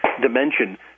dimension